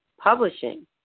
Publishing